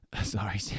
sorry